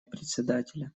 председателя